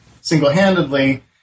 single-handedly